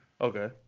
Okay